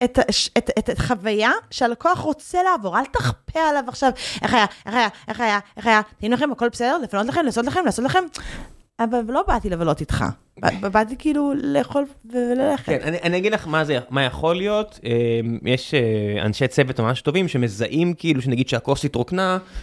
את חוויה שהלקוח רוצה לעבור, אל תכפה עליו עכשיו. איך היה? איך היה? איך היה? מתאים לכם, הכל בסדר? לפנות לכם? לעשות לכם? לעשות לכם? אבל לא באתי לבלות איתך. באתי כאילו לאכול וללכת, כן. אני אגיד לך מה זה, מה יכול להיות. יש אנשי צוות ממש טובים שמזהים כאילו ש.. נגיד שהכוסית רוקנה.